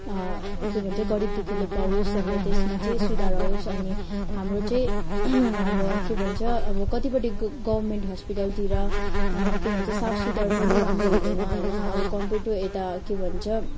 के भन्छ गरिबदुःखीले पाओस् अन्त त्यसमा चाहिँ सुधार आओस् अनि हाम्रो चाहिँ अब के भन्छ अब कतिपट्टि ग गभर्मेन्ट हस्पिटलतिर के भन्छ साफसुधार पनि राम्रो हुँदैन होइन अब कम्पियर टु यता के भन्छ